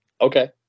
Okay